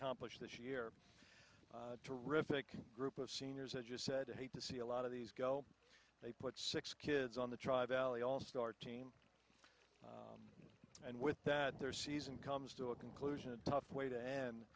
complex this year terrific group of seniors i just said hate to see a lot of these go they put six kids on the tri valley all star team and with that their season comes to a conclusion a tough way to end